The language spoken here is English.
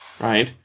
right